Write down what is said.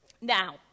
Now